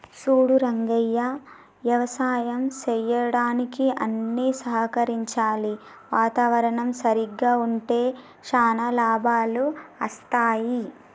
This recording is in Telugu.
సూడు రంగయ్య యవసాయం సెయ్యడానికి అన్ని సహకరించాలి వాతావరణం సరిగ్గా ఉంటే శానా లాభాలు అస్తాయి